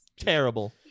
Terrible